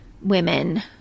women